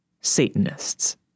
Satanists